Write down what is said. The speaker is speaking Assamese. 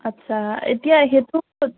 আচ্চা এতিয়া সেইটো